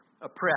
oppressed